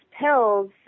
pills